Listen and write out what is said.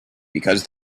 because